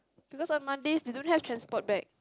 because on Mondays they don't have transport back